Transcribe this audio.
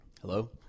hello